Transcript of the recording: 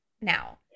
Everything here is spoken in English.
now